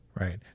Right